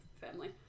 family